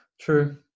True